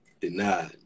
denied